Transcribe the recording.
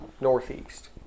Northeast